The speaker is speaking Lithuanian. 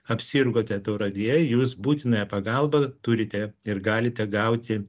apsirgote tauragėje jūs būtinąją pagalbą turite ir galite gauti